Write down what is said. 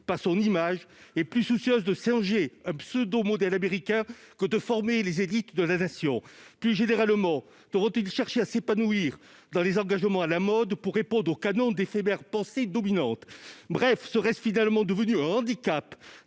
par son image et plus soucieuse de singer un pseudo-modèle américain que de former les élites de la Nation ? Plus généralement, devront-ils chercher à s'épanouir dans les engagements à la mode pour répondre aux canons d'éphémères pensées dominantes ? Bref, le fait d'être un